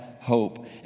hope